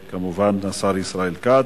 השר ישראל כץ.